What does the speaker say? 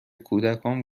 کودکان